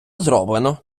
зроблено